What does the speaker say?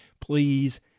Please